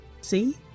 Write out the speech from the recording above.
See